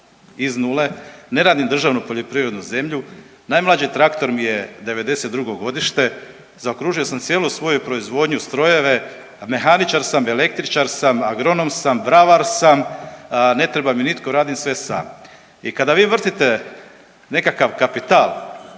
iz nule, ne radim državnu poljoprivrednu zemlju, najmlađi traktor mi je '92. godište, zaokružio sam cijelu svoju proizvodnju, strojeve, a mehaničar sam, električar sam, agronom sam, bravar sam ne treba mi nitko radim sve sam. I kad vi vrtite nekakav kapital,